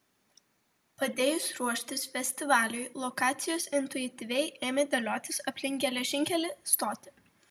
padėjus ruoštis festivaliui lokacijos intuityviai ėmė dėliotis aplink geležinkelį stotį